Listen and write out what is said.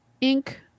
ink